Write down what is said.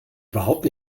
überhaupt